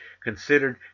Considered